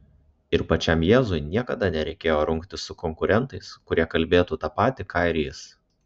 ir pačiam jėzui niekada nereikėjo rungtis su konkurentais kurie kalbėtų tą patį ką ir jis